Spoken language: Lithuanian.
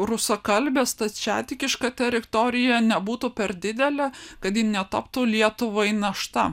rusakalbė stačiatikiška teritorija nebūtų per didelė kad ji netaptų lietuvai našta